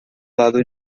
lado